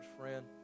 friend